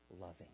loving